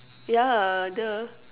yeah !duh!